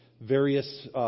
various